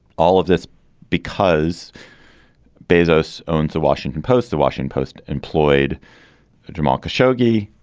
all of this because bezos owns the washington post. the washington post employed jamal khashoggi,